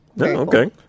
Okay